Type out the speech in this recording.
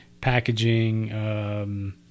packaging